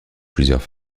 plusieurs